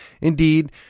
Indeed